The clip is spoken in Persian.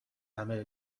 همه